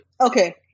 okay